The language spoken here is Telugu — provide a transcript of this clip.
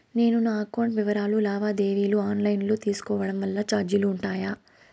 నేను నా అకౌంట్ వివరాలు లావాదేవీలు ఆన్ లైను లో తీసుకోవడం వల్ల చార్జీలు ఉంటాయా?